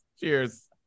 cheers